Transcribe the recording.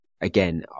again